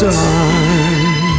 time